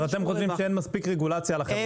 אתם חושבים שאין מספיק רגולציה על החברות?